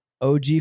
OG